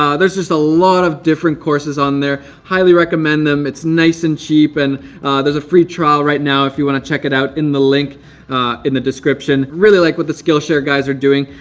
um there's just a lot of different courses on there. highly recommend them. it's nice and cheap, and there's a free trial right now if you wanna check it out in the link in the description. i really like what the skillshare guys are doing.